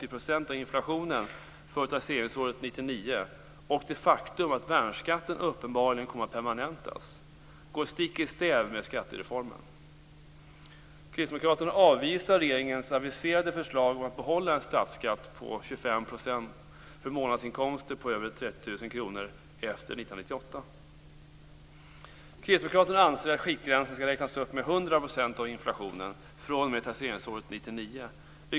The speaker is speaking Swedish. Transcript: och det faktum att värnskatten uppenbarligen kommer att permanentas går stick i stäv med skattereformen. Kristdemokraterna avvisar regeringens aviserade förslag om att behålla en statsskatt på 25 % för månadsinkomster på över 30 000 kr efter 1998. Kristdemokraternas anser att skiktgränsen skall räknas upp med 100 % av inflationen fr.o.m. taxeringsåret 1999.